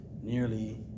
nearly